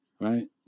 right